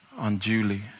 unduly